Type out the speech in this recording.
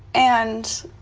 and